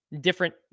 Different